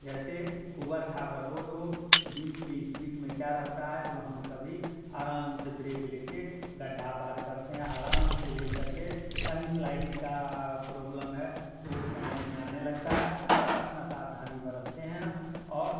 जैसे उबड़ खाबड़ रोड हो तो बीस की स्पीड में क्या रहता है जो हम कभी आराम से ब्रेक ले कर गड्ढा पार करते हैं आराम से ले कर के कहीं स्लाइडिंग का प्रॉब्लम है तो समझ में आने लगता है और अपनी सावधानी बरतते हैं और